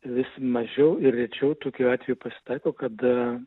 vis mažiau ir rečiau tokių atvejų pasitaiko kada